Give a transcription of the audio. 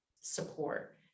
support